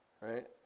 right